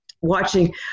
watching